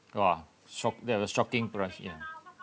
!wah! shock that is a shocking price ya